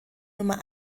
nummer